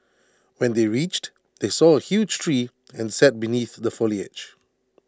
when they reached they saw A huge tree and sat beneath the foliage